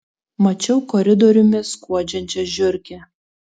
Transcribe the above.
mačiau koridoriumi skuodžiančią žiurkę